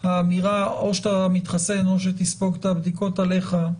האמירה או שאתה מתחסן או שתספוג את הבדיקות עליך,